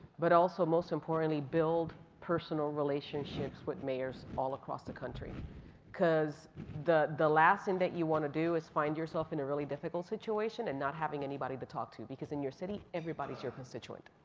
but also most importantly, build personal relationships with mayors all across the country cause the the last thing and that you wanna do is find yourself in a really difficult situation and not having anybody to talk to because in your city, everybody's your constituent.